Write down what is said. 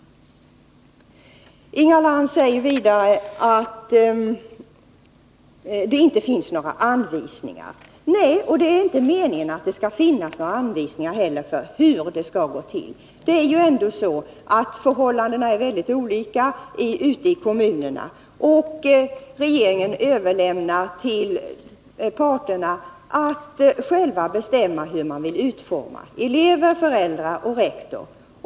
Inga Lantz sade vidare att det inte finns några anvisningar. Nej, och det är inte heller meningen att det skall finnas några anvisningar för hur det skall gå till. Förhållandena är ändå mycket olika i kommunerna. Regeringen överlåter åt parterna — elever, föräldrar och rektor — att själva bestämma utformningen.